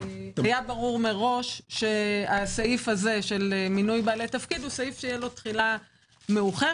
היה ברור מראש שהסעיף הזה של מינוי בעלי תפקיד תהיה לו תחילה מאוחרת